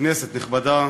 כנסת נכבדה,